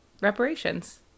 reparations